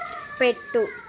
పెట్టు